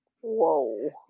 Whoa